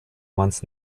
months